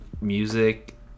music